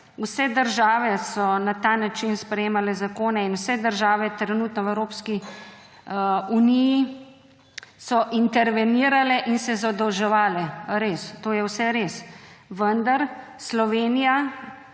Vse države so na ta način sprejemale zakone in vse države trenutno v Evropski uniji so intervenirale in se zadolževale. Res, to je vse res. Vendar, v Sloveniji